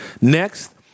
Next